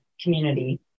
community